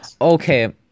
Okay